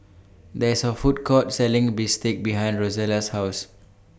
There IS A Food Court Selling Bistake behind Rozella's House